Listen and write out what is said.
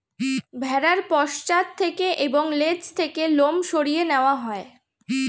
ভেড়ার পশ্চাৎ থেকে এবং লেজ থেকে লোম সরিয়ে নেওয়া হয়